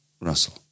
Russell